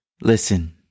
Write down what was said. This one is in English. Listen